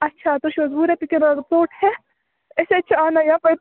اَچھا تُہۍ چھُو حظ وُہ رۄپیہِ ہٮ۪تھ أسۍ حظ چھِ آنان یپٲرۍ